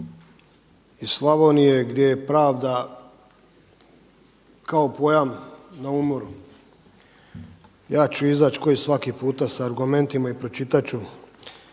iz Slavonije gdje je pravda kao pojam na umoru. Ja ću izaći svaki puta sa argumentima i pročitat